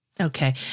Okay